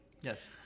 Yes